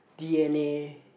D_N_A